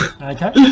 Okay